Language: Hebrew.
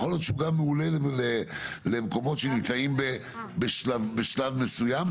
יכול להיות שהוא גם מעולה למקומות שנמצאים בשלב מסוים.